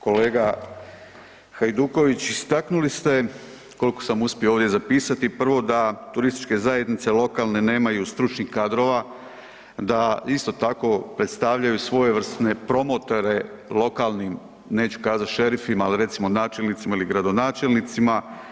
Kolega Hajduković, istaknuli ste koliko sam uspio ovdje zapisati prvo da TZ lokalne nemaju stručnih kadrova, da isto tako predstavljaju svojevrsne promotore lokalnim, neću kazat šerifima, ali recimo načelnicima ili gradonačelnicima.